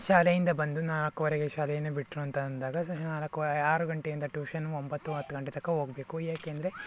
ಶಾಲೆಯಿಂದ ಬಂದು ನಾಲ್ಕುವರೆಗೆ ಶಾಲೆಯಿಂದ ಬಿಟ್ಟರು ಅಂತ ಅಂದಾಗ ನಾಲ್ಕು ಆರು ಗಂಟೆಯಿಂದ ಟ್ಯೂಷನ್ ಒಂಬತ್ತು ಹತ್ತು ಗಂಟೆ ತನ್ಕ ಹೋಗ್ಬೇಕು ಏಕೆಂದರೆ